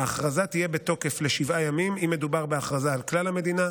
ההכרזה תהיה בתוקף לשבעה ימים אם מדובר בהכרזה על כלל המדינה,